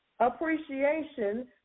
Appreciation